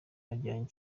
bagiranye